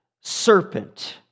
serpent